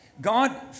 God